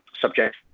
subject